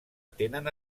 tenen